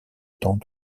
temps